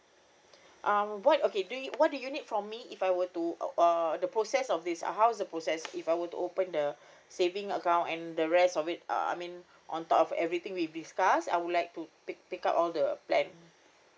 um what okay do you~ what do you need from me if I were to oh uh the process of this uh how is the process if I were to open the saving account and the rest of it uh I mean on top of everything we discussed I would like to pick pick up all the plan